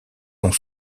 ont